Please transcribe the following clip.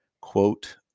Quote